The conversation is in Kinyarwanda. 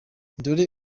dore